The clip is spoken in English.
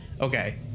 Okay